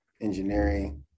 engineering